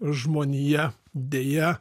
žmonija deja